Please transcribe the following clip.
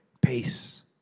peace